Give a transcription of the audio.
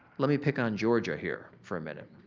lemme pick on georgia here for a minute,